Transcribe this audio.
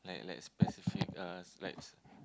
like like specific uh like